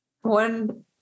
One